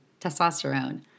testosterone